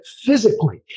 physically